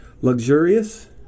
Luxurious